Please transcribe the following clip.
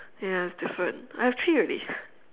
ya it's different I have three already